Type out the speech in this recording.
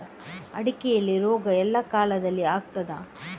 ಅಡಿಕೆಯಲ್ಲಿ ರೋಗ ಎಲ್ಲಾ ಕಾಲದಲ್ಲಿ ಕಾಣ್ತದ?